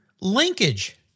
Linkage